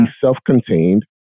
self-contained